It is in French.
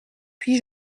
puis